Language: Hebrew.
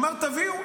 הוא אמר: תביאו,